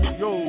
yo